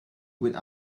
with